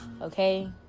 Okay